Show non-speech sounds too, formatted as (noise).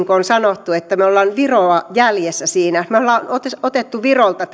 (unintelligible) kun on sanottu että me olemme viroa jäljessä siinä me olemme ottaneet virolta (unintelligible)